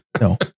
no